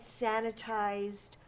sanitized